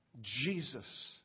Jesus